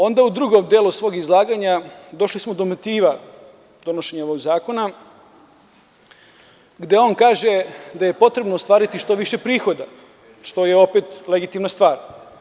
Onda u drugom delu svog izlaganja, došli smo do motiva donošenja ovog zakona, gde on kaže da je potrebno ostvariti što više prihoda, što je opet legitimna stvar.